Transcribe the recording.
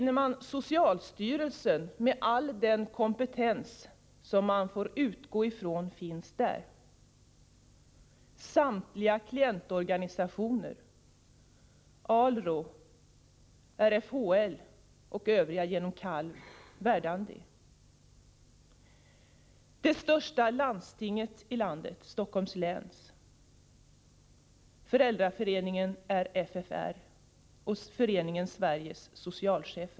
e Socialstyrelsen, med all den kompetens som får antas finnas där.